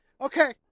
Okay